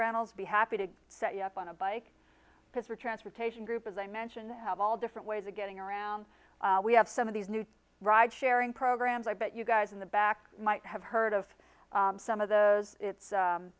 rentals be happy to set you up on a bike because your transportation group as i mentioned have all different ways of getting around we have some of these new ride sharing programs i bet you guys in the back might have heard of some of the it's